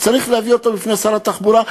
שצריך להביא אותו בפני שר התחבורה,